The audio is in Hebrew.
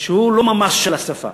שהוא לא ממש של השפה.